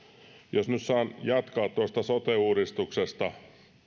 jos nyt saan jatkaa tuosta sote uudistuksesta